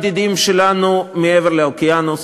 אני אגיד לך, חבר הכנסת הורוביץ,